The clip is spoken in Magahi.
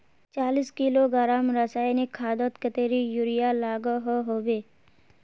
चालीस किलोग्राम रासायनिक खादोत कतेरी यूरिया लागोहो होबे?